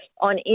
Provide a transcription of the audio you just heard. On